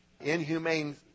Inhumane